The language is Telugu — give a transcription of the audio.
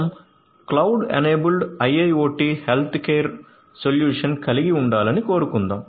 మనం cloud enabled IIoT health care care solution కలిగి ఉండాలని కోరుకుందాం